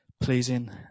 pleasing